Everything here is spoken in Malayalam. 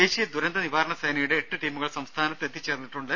ദേശീയ ദുരന്ത നിവാരണ സേനയുടെ എട്ട് ടീമുകൾ സംസ്ഥാനത്ത് എത്തിച്ചേർന്നിട്ടുണ്ട്